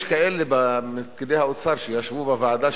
יש כאלה מפקידי האוצר שישבו בוועדה,